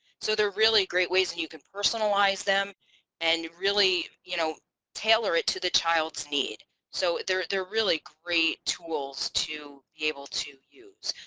so they're really great ways and you can personalise them and really you know tailor it to the child's need so they're they're really great tools to be able to use